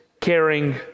caring